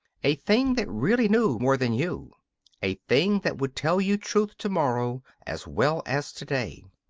a thing that really knew more than you a thing that would tell you truth to-morrow, as well as to-day.